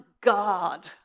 God